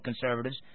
conservatives